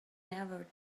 never